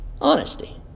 Honesty